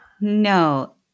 No